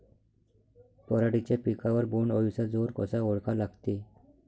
पराटीच्या पिकावर बोण्ड अळीचा जोर कसा ओळखा लागते?